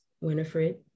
Winifred